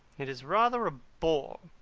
it is rather a bore.